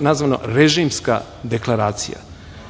nazvana, sverežimska deklaracija.